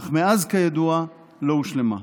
אך מאז, כידוע, לא הושלמה.